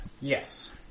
Yes